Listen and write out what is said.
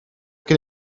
gen